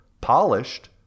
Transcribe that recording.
Polished